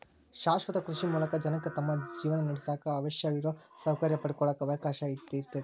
ಶಾಶ್ವತ ಕೃಷಿ ಮೂಲಕ ಜನಕ್ಕ ತಮ್ಮ ಜೇವನಾನಡ್ಸಾಕ ಅವಶ್ಯಿರೋ ಸೌಕರ್ಯ ಪಡ್ಕೊಳಾಕ ಅವಕಾಶ ಇರ್ತೇತಿ